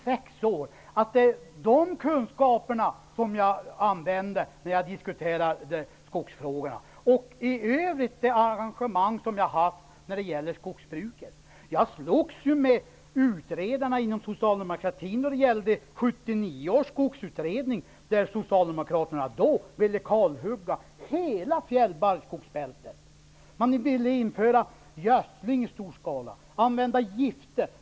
Kan det inte vara så, Margareta Winberg, att det är de kunskaper jag fått av detta som jag använder när jag diskuterar skogsfrågorna och som är grunden för mitt engagemang för skogsbruket? Jag slogs ju med utredarna inom socialdemokratin då det gällde 1979 års skogsutredning. Socialdemokraterna ville då kalhugga hela fjällbarrskogsfältet. De ville införa gödsling i stor skala och använda gifter.